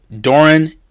doran